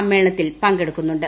സമ്മേളനത്തിൽ പങ്കെടുക്കുന്നുണ്ട്